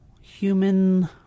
human